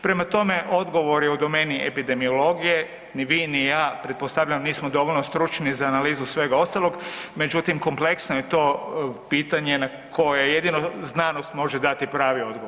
Prema tome, odgovor je u domeni epidemiologije, ni vi ni ja, pretpostavljam, nismo dovoljno stručni za analizu svega ostalog, međutim, kompleksno je to pitanje na koje jedino znanost može dati pravi odgovor.